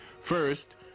First